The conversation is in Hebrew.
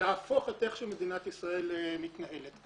להפוך את איך שמדינת ישראל מתנהלת.